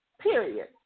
Period